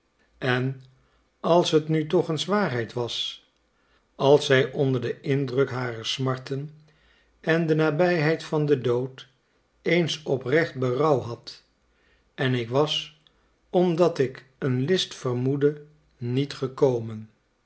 en als het nu toch eens waarheid was als zij onder den indruk harer smarten en de nabijheid van den dood eens oprecht berouw had en ik was omdat ik een list vermoedde niet gekomen